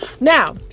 Now